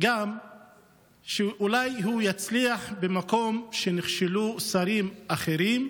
גם שאולי הוא יצליח במקום שבו נכשלו שרים אחרים,